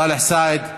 סאלח סעד.